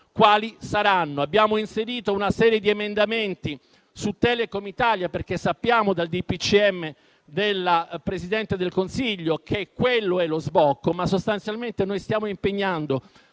quali saranno. Abbiamo inserito una serie di emendamenti su Telecom Italia perché sappiamo, dal decreto della Presidente del Consiglio dei ministri, che quello è lo sbocco, ma sostanzialmente noi stiamo impegnando